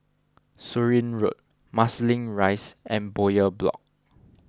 Surin Road Marsiling Rise and Bowyer Block